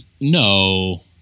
no